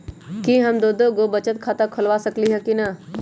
कि हम दो दो गो बचत खाता खोलबा सकली ह की न?